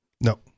No